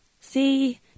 See